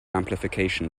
amplification